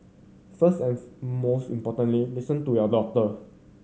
first and most importantly listen to your doctor